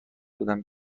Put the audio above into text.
بودم